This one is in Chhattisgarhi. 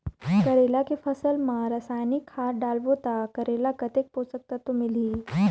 करेला के फसल मा रसायनिक खाद डालबो ता करेला कतेक पोषक तत्व मिलही?